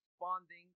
responding